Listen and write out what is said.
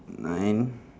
nine